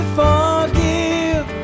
forgive